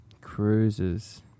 Cruises